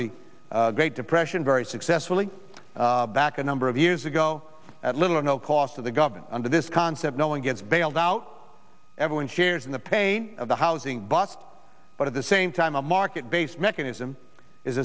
the great depression very successfully back a number of years ago at little or no cost to the government under this concept no one gets bailed out everyone shares in the pain of the housing bust but at the same time a market based mechanism is